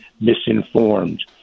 misinformed